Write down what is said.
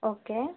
okay